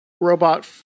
robot